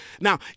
Now